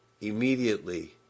Immediately